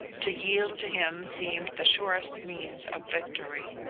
to yield to him seemed the surest means of victory.